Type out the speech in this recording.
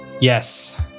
Yes